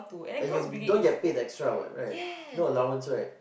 like you don't get paid extra what right no allowance right